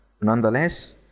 nonetheless